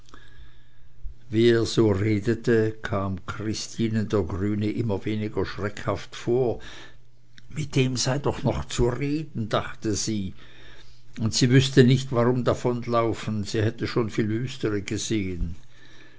er so redete kam christinen der grüne immer weniger schreckhaft vor mit dem sei doch noch zu reden dachte sie und sie wüßte nicht warum davonlaufen sie hätte schon viel wüstere gesehen